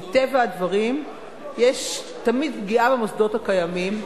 מטבע הדברים יש תמיד פגיעה במוסדות הקיימים,